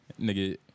Nigga